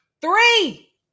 Three